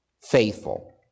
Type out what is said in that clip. faithful